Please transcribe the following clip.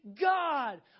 God